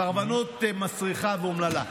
סרבנות "מסריחה ואומללה".